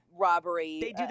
robbery